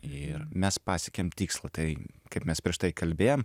ir mes pasiekėm tikslą tai kaip mes prieš tai kalbėjom